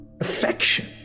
affection